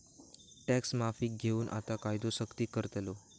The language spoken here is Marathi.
टॅक्स माफीक घेऊन आता कायदो सख्ती करतलो